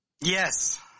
Yes